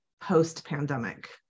post-pandemic